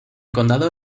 condado